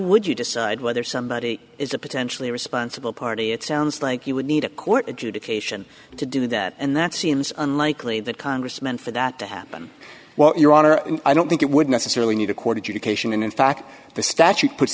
would you decide whether somebody is a potentially responsible party it sounds like you would need a court adjudication to do that and that seems unlikely that congressman for that to happen well your honor i don't think it would necessarily need according to the cation and in fact the statute puts